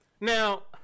Now